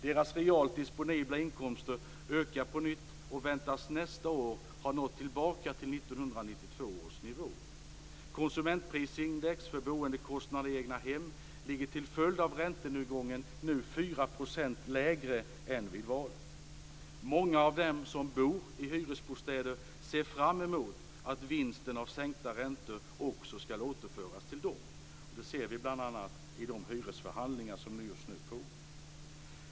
Deras realt disponibla inkomster ökar på nytt och väntas nästa år ha nått tillbaka till 1992 års nivå. Konsumentprisindex för boendekostnaderna i egnahem ligger till följd av räntenedgången nu 4 % lägre än vid valet. Många av dem som bor i hyresbostäder ser fram mot att vinsten av sänkta räntor skall återföras även till dem. Det ser vi bl.a. i de hyresförhandlingar som just nu pågår.